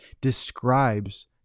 describes